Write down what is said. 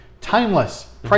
Timeless